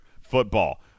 football